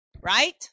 Right